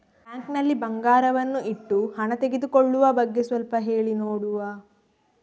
Bank ನಲ್ಲಿ ಬಂಗಾರವನ್ನು ಇಟ್ಟು ಹಣ ತೆಗೆದುಕೊಳ್ಳುವ ಬಗ್ಗೆ ಸ್ವಲ್ಪ ಹೇಳಿ ನೋಡುವ?